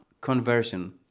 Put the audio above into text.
conversion